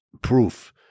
proof